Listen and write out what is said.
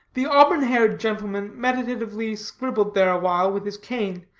the auburn-haired gentleman meditatively scribbled there awhile with his cane,